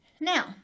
Now